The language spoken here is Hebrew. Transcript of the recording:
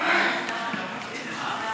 ולא יסית.